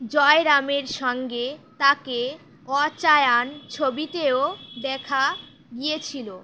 জয়রামের সঙ্গে তাকে অচায়ান ছবিতেও দেখা গিয়েছিল